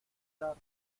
dar